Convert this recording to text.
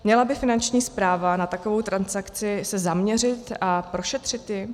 Měla by se Finanční správa na takovou transakci zaměřit a prošetřit ji?